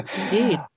Indeed